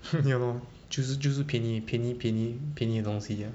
ya lor 就是就是便宜便宜便宜便宜的东西 ah